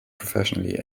professionally